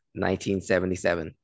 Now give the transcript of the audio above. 1977